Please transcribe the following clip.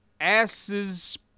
asses